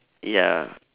ya